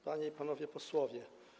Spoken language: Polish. Panie i Panowie Posłowie!